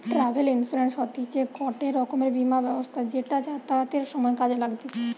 travel insurance হতিছে গটে রকমের বীমা ব্যবস্থা যেটা যাতায়াতের সময় কাজে লাগতিছে